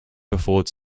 before